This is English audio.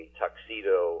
tuxedo